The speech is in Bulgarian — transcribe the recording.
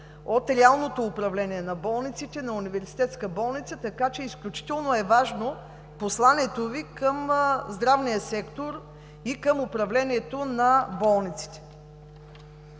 от реалното управление на болниците, на университетска болница, така че изключително е важно посланието Ви към здравния сектор и към управлението на болниците.